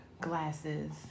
glasses